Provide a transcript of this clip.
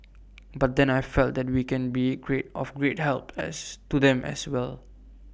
but then I felt that we can be great of great help as to them as well